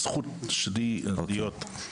הזכות שלי להיות פה.